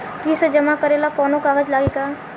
किस्त जमा करे ला कौनो कागज लागी का?